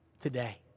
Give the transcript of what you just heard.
today